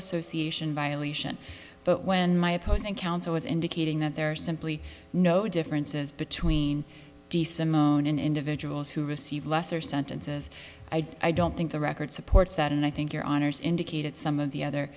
association violation but when my opposing counsel was indicating that there are simply no differences between decent individuals who receive lesser sentences i don't think the record supports that and i think your honour's indicated some of the other